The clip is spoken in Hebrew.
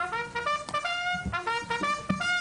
(הקרנת סרטון) בוקר טוב לכולם,